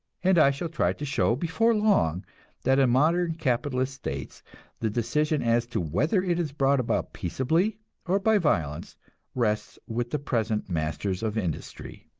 and i shall try to show before long that in modern capitalist states the decision as to whether it is brought about peaceably or by violence rests with the present masters of industry.